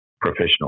professional